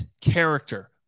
character